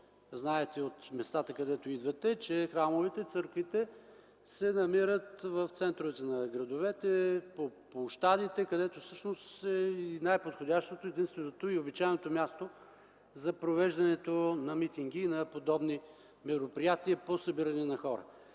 знаете от местата, откъдето идвате, че храмовете, църквите се намират в центровете на градовете, по площадите, където всъщност е най-подходящото, единственото и обичайно място за провеждането на митинги на подобни мероприятия по събиране на хора.